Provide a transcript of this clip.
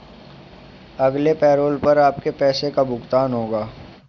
अगले पैरोल पर आपके पैसे का भुगतान होगा